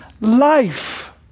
life